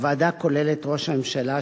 הוועדה כוללת את ראש הממשלה,